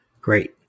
Great